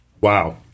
wow